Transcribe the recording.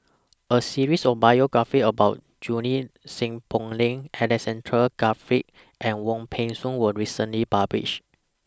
A series of biographies about Junie Sng Poh Leng Alexander Guthrie and Wong Peng Soon was recently published